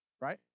right